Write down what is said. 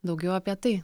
daugiau apie tai